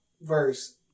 verse